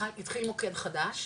התחיל מוקד חדש,